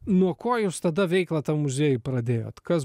nuo ko jūs tada veiklą tam muziejui pradėjot kas